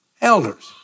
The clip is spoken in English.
elders